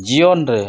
ᱡᱤᱭᱚᱱᱨᱮ